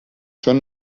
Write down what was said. چون